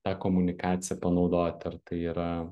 tą komunikaciją panaudoti ar tai yra